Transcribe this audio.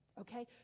Okay